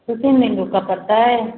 दू तीन दिन रुकऽ पड़तै